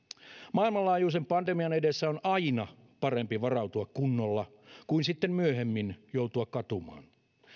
maailmanlaajuisen pandemian edessä on aina parempi varautua kunnolla kuin sitten myöhemmin joutua katumaan